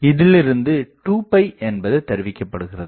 இதிலிருந்து 2 என்பது தருவிக்கிப்படுகிறது